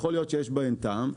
יכול להיות שיש בהן טעם,